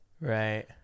Right